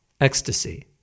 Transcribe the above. ecstasy